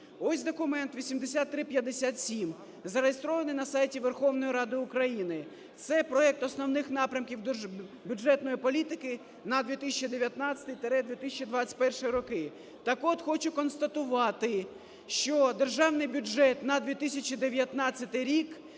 Ось документ 8457, зареєстрований на сайті Верховної Ради України. Це проект Основних напрямків бюджетної політики на 2019-2021 роки. Так от, хочу констатувати, що Державний бюджет на 2019 рік